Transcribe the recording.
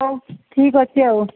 ହଉ ଠିକ୍ ଅଛି ଆଉ